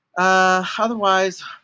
Otherwise